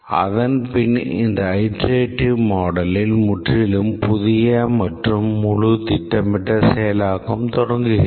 அதன்பின் இந்த அயிட்ரேடிவ் மாடலில் முற்றிலும் புதிய மற்றும் முழு திட்டமிட்ட செயலாக்கம் தொடங்கிறது